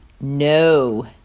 no